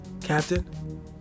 captain